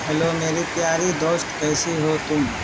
hello मेरी प्यारी दोस्त कैसी हो तुम